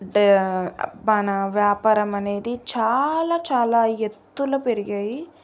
అంటే మన వ్యాపారం అనేది చాలా చాలా ఎత్తులు పెరిగాయి